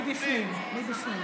מבפנים.